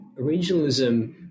originalism